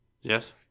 Yes